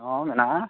ᱦᱮᱸ ᱢᱮᱱᱟᱜᱼᱟ